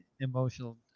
emotional